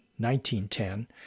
19.10